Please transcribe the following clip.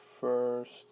first